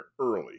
early